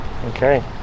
Okay